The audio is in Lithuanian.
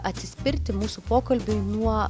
atsispirti mūsų pokalbį nuo